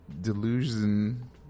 delusion